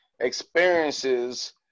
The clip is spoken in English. experiences